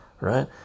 right